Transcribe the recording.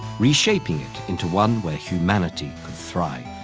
reshaping it into one where humanity could thrive.